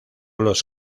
los